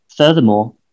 Furthermore